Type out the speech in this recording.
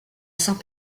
saint